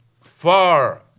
far